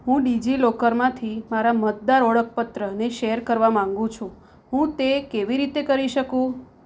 હું ડિજિલોકરમાંથી મારા મતદાર ઓળખપત્રને શેર કરવા માગું છું હું તે કેવી રીતે કરી શકું